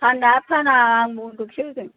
फाना आं बन्द'कसो होगोन